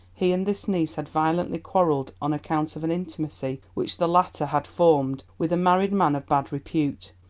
he and this niece had violently quarrelled on account of an intimacy which the latter had formed with a married man of bad repute,